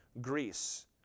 Greece